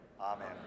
Amen